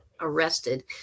arrested